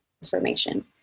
Transformation